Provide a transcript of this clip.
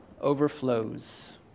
overflows